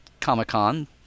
Comic-Con